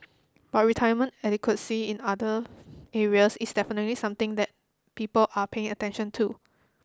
but retirement adequacy in other areas is definitely something that people are paying attention to